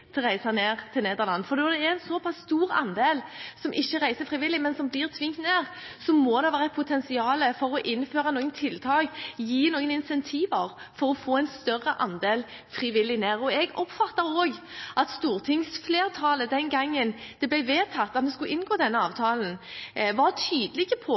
å reise ned til Nederland. Når det er en så pass stor andel som ikke reiser frivillig, men som blir tvunget, må det være et potensial for å innføre noen tiltak og gi noen incentiver for å få en større andel frivillig ned. Jeg oppfattet også at stortingsflertallet den gangen det ble vedtatt at vi skulle inngå denne avtalen, var tydelig på